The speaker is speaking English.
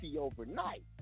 overnight